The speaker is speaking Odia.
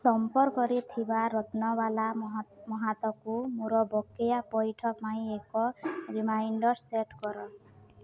ସମ୍ପର୍କରେ ଥିବା ରତ୍ନବାଳା ମହାତଙ୍କୁ ମୋର ବକେୟା ପଇଠ ପାଇଁ ଏକ ରିମାଇଣ୍ଡର୍ ସେଟ୍ କର